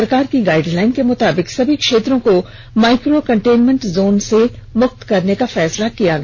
सरकार की गाइडलाइन के मुताबिक सभी क्षेत्रों को माइक्रो कंटेनमेंट जोन से मुक्त करने का फैसला लिया गया